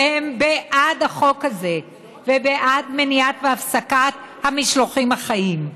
והם בעד החוק הזה ובעד מניעה והפסקה של המשלוחים החיים.